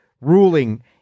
Ruling